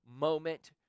moment